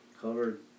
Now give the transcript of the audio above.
covered